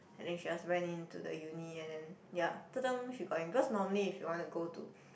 and then she just went into the uni and then ya she got in cause normally if you want to go to